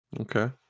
Okay